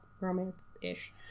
romance-ish